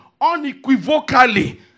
Unequivocally